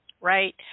right